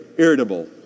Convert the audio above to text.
irritable